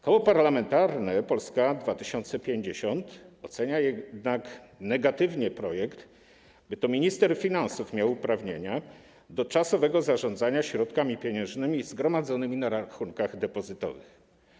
Koło Parlamentarne Polska 2050 ocenia jednak negatywnie projekt w zakresie tego, by to minister finansów miał uprawnienia do czasowego zarządzania środkami pieniężnymi zgromadzonymi na rachunkach depozytowych.